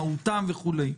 מהותם וכולי.